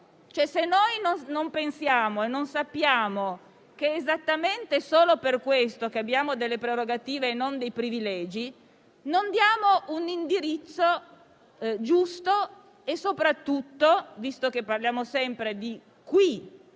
Se non pensiamo e non sappiamo che è esattamente solo per questo che abbiamo prerogative e non privilegi, non diamo un indirizzo giusto e soprattutto, visto che parliamo sempre di ciò